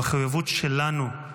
המחויבות שלנו,